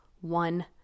one